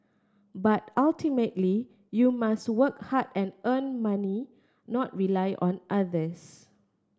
but ultimately you must work hard and earn money not rely on others